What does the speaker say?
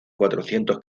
cuatrocientos